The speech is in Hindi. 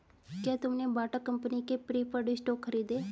क्या तुमने बाटा कंपनी के प्रिफर्ड स्टॉक खरीदे?